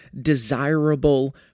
desirable